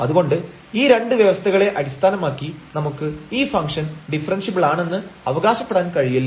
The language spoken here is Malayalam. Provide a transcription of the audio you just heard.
അതുകൊണ്ട് ഈ രണ്ട് വ്യവസ്ഥകളെ അടിസ്ഥാനമാക്കി നമുക്ക് ഈ ഫംഗ്ഷൻ ഡിഫറെൻഷ്യബിളാണെന്ന് അവകാശപ്പെടാൻ കഴിയില്ല